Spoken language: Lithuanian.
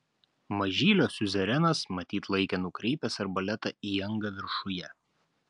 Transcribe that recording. mažylio siuzerenas matyt laikė nukreipęs arbaletą į angą viršuje